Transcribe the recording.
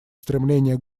стремления